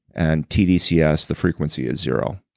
and tdcs, the frequency is zero.